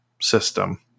system